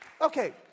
Okay